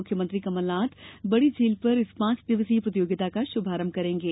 मुख्यमंत्री कमलनाथ बड़ी झील पर इस पांच दिवसीय प्रतियोगिता का शुभारंभ करेंगे